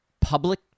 public